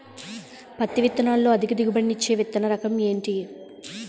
పత్తి విత్తనాలతో అధిక దిగుబడి నిచ్చే విత్తన రకం ఏంటి?